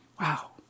Wow